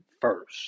first